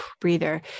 breather